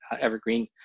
evergreen